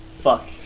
Fuck